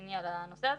רציני על הנושא הזה.